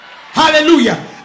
Hallelujah